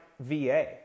VA